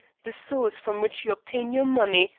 the source from which you obtain your money,